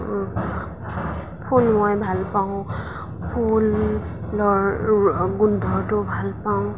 ফুল মই ভাল পাওঁ ফুলৰ গোন্ধটো ভাল পাওঁ